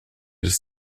des